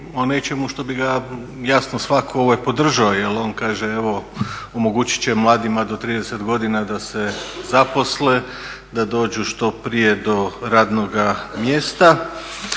nečemu što bih ga ja jasno svakako podržao jer on kaže, evo, omogućit će mladima do 30 godina da se zaposle, da dođu što prije do radnoga mjesta,